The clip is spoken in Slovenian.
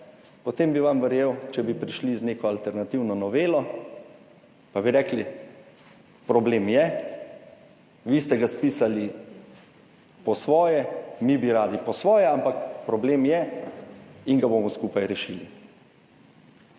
Potem bi vam verjel, če bi prišli z neko alternativno novelo, pa bi rekli, problem je, vi ste ga spisali po svoje, mi bi radi po svoje, ampak problem je in ga bomo skupaj rešili.